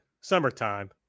Summertime